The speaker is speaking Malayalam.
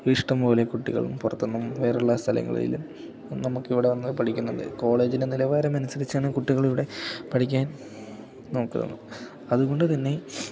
ഇഷ്ടം പോലെ കുട്ടികളും പുറത്തുനിന്നും വേറെയുള്ള സ്ഥലങ്ങളിലും നമുക്കിവിടെ വന്ന് പഠിക്കുന്നുണ്ട് കോളേജിന്റെ നിലവാരമനുസരിച്ചാണ് കുട്ടികളിവിടെ പഠിക്കാൻ നോക്കുന്നത് അതുകൊണ്ടു തന്നെ